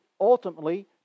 ultimately